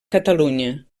catalunya